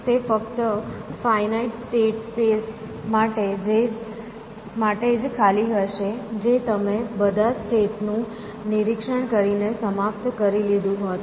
તે ફક્ત finite state space માટે જ ખાલી હશે જે તમે બધા સ્ટેટ નું નિરીક્ષણ કરીને સમાપ્ત કરી લીધું હોત